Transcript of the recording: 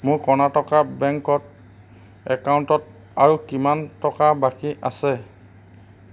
মোৰ কৰ্ণাটকা বেংকৰ একাউণ্টত আৰু কিমান টকা বাকী আছে